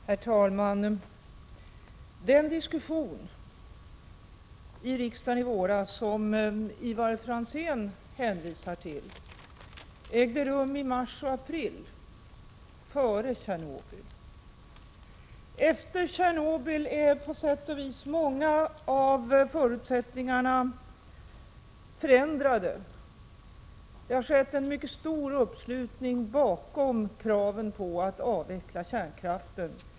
Herr talman! Den diskussion i riksdagen i våras som Ivar Franzén hänvisar till ägde rum i mars och april, före Tjernobyl. Efter Tjernobyl är på sätt och vis många av förutsättningarna förändrade. Det har skett en mycket stor uppslutning bakom kraven på att avveckla kärnkraften.